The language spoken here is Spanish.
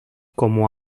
como